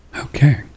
Okay